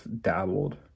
dabbled